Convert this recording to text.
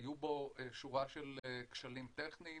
היו בו שורה של כשלים טכניים.